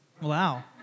Wow